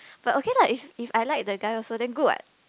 but okay lah if if I like the guy also then good what